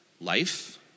Life